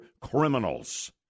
criminals